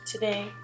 Today